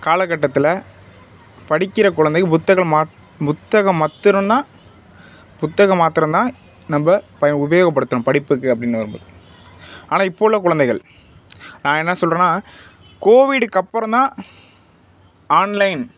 காலக்கட்டத்தில் படிக்கின்ற குழந்தை புத்தகம் மா புத்தகம் மத்தருன்னா புத்தகம் மாத்திரம் தான் நம்ம இப்போ உபயோகப்படுத்தினோம் படிப்புக்கு அப்படின்னு வரும்போது ஆனால் இப்போது உள்ள குழந்தைகள் நான் என்ன சொல்கிறேன்னா கோவிட்டுக்கு அப்புறம் தான் ஆன்லைன்